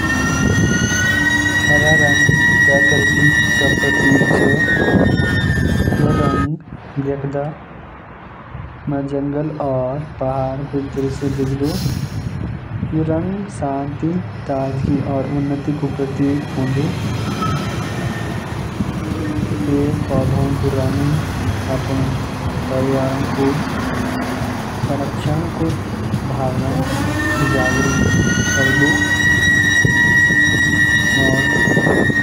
हरा रंग प्रकृति क प्रतीक च। यो रंग देखदा म जंगल और पहाड़ क दृश्य दिखदा। यु रंग शांति, ताजगी और उन्नति क प्रतीक होलु। पेड़-पौध क रंग अपण पर्यावरण क संरक्षण क भावना जागरूक करदा।